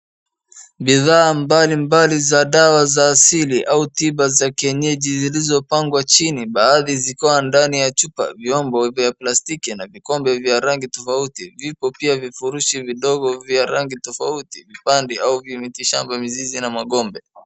Bidhaa mbalimbaliza dawa za asili au tiba za kienyeji zilizopangwa chini baadhi zikiwa ndani ya chupa, vyombo vya palstiki na vikombe vya rangi tofauti. Vipo pia vifurushi vidogo vya rangi tofauti vipande au vimitishamba mizizi na magombe.